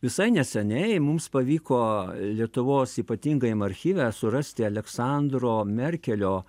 visai neseniai mums pavyko lietuvos ypatingajam archyve surasti aleksandro merkelio